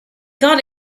got